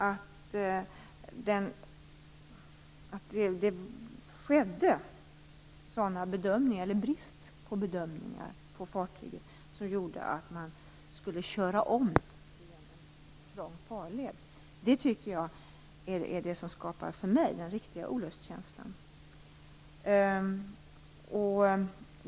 Bristen på bedömningar från fartygsbefälets sida medförde att man tänkte göra en omkörning i en trång farled. Det skapar för mig en verklig olustkänsla.